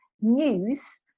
news